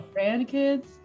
grandkids